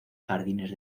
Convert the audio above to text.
jardines